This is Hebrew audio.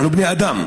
אנחנו בני אדם.